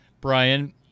Brian